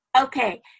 Okay